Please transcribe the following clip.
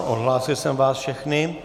Odhlásil jsem vás všechny.